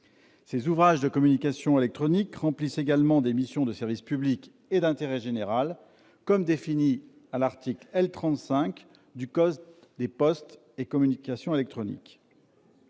Ces ouvrages de communications électroniques remplissent également des missions de service public et d'intérêt général comme définies à l'article L. 35 du code des postes et des communications électroniques.